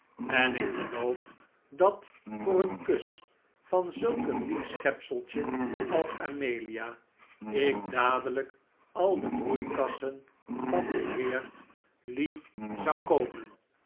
en ik geloof dat voor een kus van zulk een lief schepseltje als amelia ikdadelijk al de broeikassen van den heer lee zou koopen